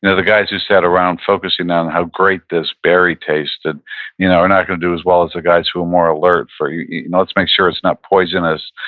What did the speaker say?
you know the guys who sat around focusing on how great this berry tasted you know are not going to do as well as the guys who were more alert for you know let's make sure it's not poisonous.